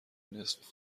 نصف